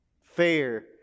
fair